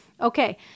Okay